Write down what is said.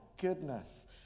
goodness